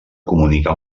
comunicar